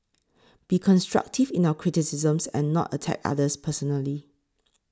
be constructive in our criticisms and not attack others personally